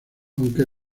aunque